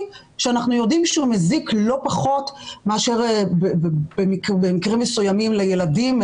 שאנחנו יודעים שהוא מזיק לא פחות מאשר במקרים מסוימים לילדים,